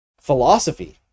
philosophy